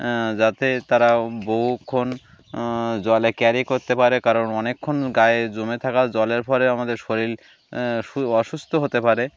যাতে তারা বহুক্ষণ জলে ক্যারি করতে পারে কারণ অনেকক্ষণ গায়ে জমে থাকা জলের ফলে আমাদের শরীর অসুস্থ হতে পারে